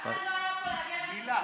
אף אחד לא היה פה להגן על, מילה.